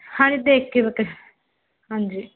ਹਾਂਜੀ ਦੇਖ ਕੇ ਬਾਕੀ ਹਾਂਜੀ